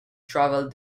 traveled